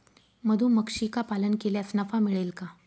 मधुमक्षिका पालन केल्यास नफा मिळेल का?